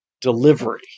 delivery